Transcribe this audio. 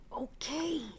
Okay